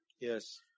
yes